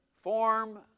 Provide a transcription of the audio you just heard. form